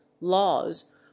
laws